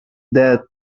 that